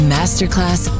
Masterclass